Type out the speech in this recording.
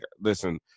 listen